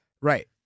Right